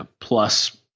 plus –